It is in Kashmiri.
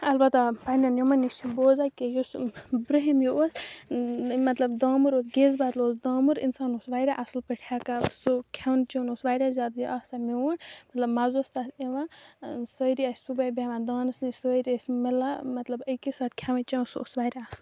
البتہ پنٛنٮ۪ن یِمَن نِش چھِ بوزان کہِ یُس برٛونٛہِم یہِ اوس مطلب دامُر اوس گیس بَدلہٕ اوس دامُر اِنسان اوس واریاہ اَصٕل پٲٹھۍ ہٮ۪کان سُہ کھیوٚن چیوٚن اوس واریاہ زیادٕ یہِ آسان میوٗٹھ مطلب مَزٕ اوس تَتھ یِوان سٲری ٲسۍ صُبحٲے بیٚہوان دانَس نِش سٲری ٲسۍ مِلان مطلب أکے ساتہٕ کھیوٚان چیوٚان سُہ اوس واریاہ اَصہٕ